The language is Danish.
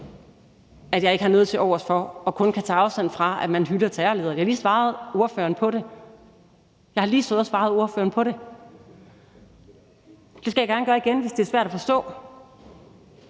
at jeg ikke har noget tilovers for og kun kan tage afstand fra, at man hylder terrorledere. Jeg har lige svaret ordføreren på det; jeg har lige stået og svaret ordføreren på det. Det skal jeg gerne gøre igen, hvis det er svært at forstå.